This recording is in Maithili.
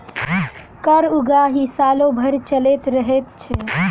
कर उगाही सालो भरि चलैत रहैत छै